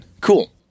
Cool